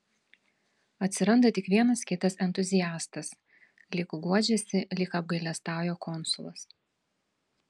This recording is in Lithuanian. atsiranda tik vienas kitas entuziastas lyg guodžiasi lyg apgailestauja konsulas